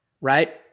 Right